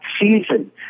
season